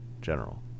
General